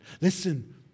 Listen